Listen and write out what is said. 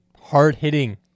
hard-hitting